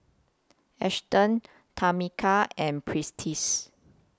Auston Tamika and Prentiss